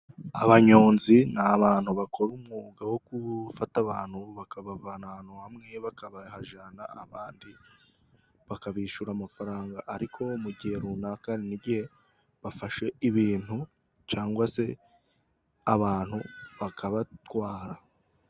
Abanyonzi ni abantu bakora umwuga wo gufata abantu bakabavana ahantu hamwe bakabajyana ahandi, bakabishyura amafaranga, ariko mu gihe runaka n'igihe bafashe ibintu cyangwa se abantu bakabatwara.